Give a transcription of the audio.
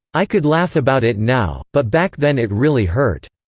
i could laugh about it now, but back then it really hurt.